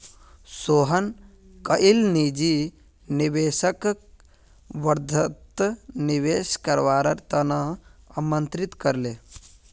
सोहन कईल निजी निवेशकक वर्धात निवेश करवार त न आमंत्रित कर ले